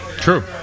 True